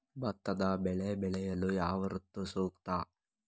ಭತ್ತದ ಬೆಳೆ ಬೆಳೆಯಲು ಯಾವ ಋತು ಸೂಕ್ತ?